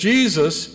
Jesus